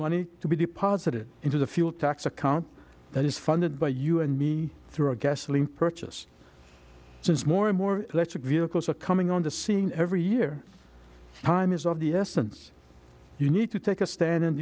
money to be deposited into the fuel tax account that is funded by you and me through a gasoline purchase since more and more electric vehicles are coming on the scene every year time is of the essence you need to take a stand